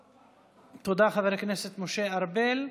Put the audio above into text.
תודה, חבר הכנסת משה ארבל.